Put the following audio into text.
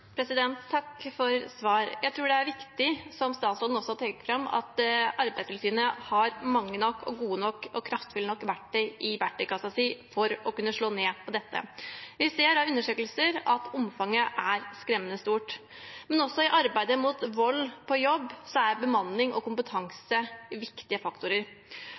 Takk for svar. Jeg tror det er viktig, som statsråden også trekker fram, at Arbeidstilsynet har mange nok, gode nok og kraftfulle nok verktøy i verktøykassen sin for å kunne slå ned på dette. Vi ser av undersøkelser at omfanget er skremmende stort. Men også i arbeidet mot vold på jobb er bemanning og kompetanse viktige faktorer.